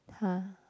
[huh]